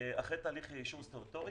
אחרי תהליך אישור סטטוטורי.